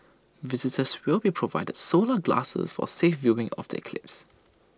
visitors will be provided solar glasses for safe viewing of the eclipse